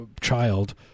child